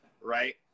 right